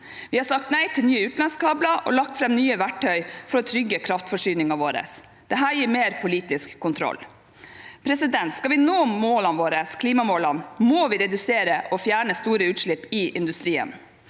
Vi har sagt nei til nye utenlandskabler og lagt fram nye verktøy for å trygge kraftforsyningen vår. Det gir mer politisk kontroll. Skal vi nå målene våre, klimamålene, må vi redusere og fjerne store utslipp i industrien.